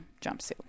jumpsuit